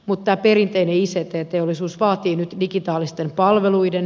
mutta perinteiset ja teolisuus vaatii nyt digitaalisten palveluiden